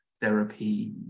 therapy